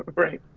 right.